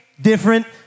different